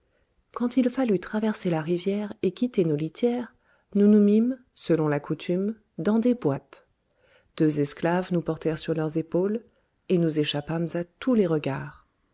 quand il fallut traverser la rivière et quitter nos litières nous nous mîmes selon la coutume dans des boîtes deux esclaves nous portèrent sur leurs épaules et nous échappâmes à tous les regards